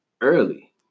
early